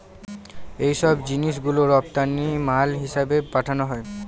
এইসব জিনিস গুলো রপ্তানি মাল হিসেবে পাঠানো হয়